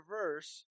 verse